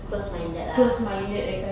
close minded lah